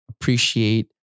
appreciate